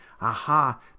aha